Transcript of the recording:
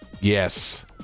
Yes